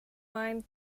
mind